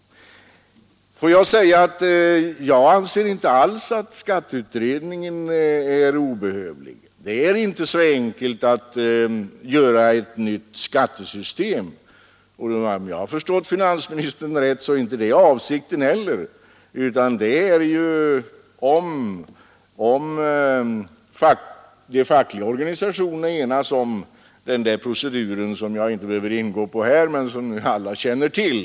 Jag anser inte alls att skatteutredningen är obehövlig. Det är inte så enkelt att göra ett nytt skattesystem, men om jag har förstått finansministern rätt så är inte det aktuellt heller. Vad det gäller är om de fackliga organisationerna enas om den där proceduren, som jag inte behöver ingå på här men som alla känner till.